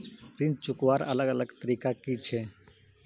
ऋण चुकवार अलग अलग तरीका कि छे?